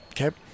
okay